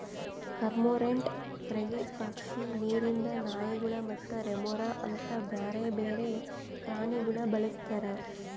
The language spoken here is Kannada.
ಕಾರ್ಮೋರೆಂಟ್, ಫ್ರೆಗೇಟ್ ಪಕ್ಷಿ, ನೀರಿಂದ್ ನಾಯಿಗೊಳ್ ಮತ್ತ ರೆಮೊರಾ ಅಂತ್ ಬ್ಯಾರೆ ಬೇರೆ ಪ್ರಾಣಿಗೊಳ್ ಬಳಸ್ತಾರ್